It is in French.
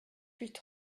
huit